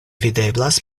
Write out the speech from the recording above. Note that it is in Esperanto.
videblas